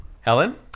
Helen